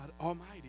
Almighty